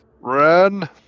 Run